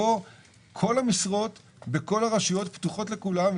במערכת זו כל המשרות בכל הרשויות פתוחות לכולם.